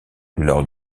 lors